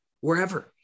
wherever